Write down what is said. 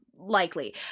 Likely